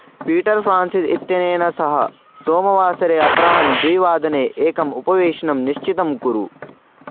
Peter Francis इत्यनेन सह सोमवासरे अपराह्नद्विवादने एकम् उपवेशनं निश्चितं कुरु